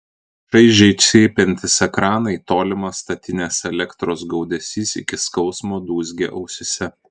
šaižiai cypiantys ekranai tolimas statinės elektros gaudesys iki skausmo dūzgė ausyse